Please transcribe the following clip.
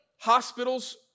Hospitals